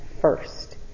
first